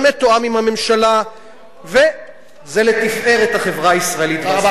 זה מתואם עם הממשלה וזה לתפארת החברה הישראלית והסביבה.